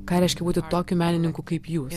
ką reiškia būti tokiu menininku kaip jūs